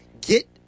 get